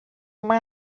mal